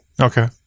Okay